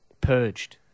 purged